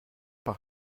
par